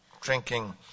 drinking